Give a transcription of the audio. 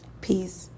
peace